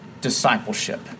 discipleship